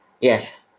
Yes